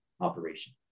operation